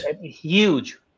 Huge